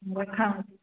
वठाव थी